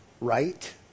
right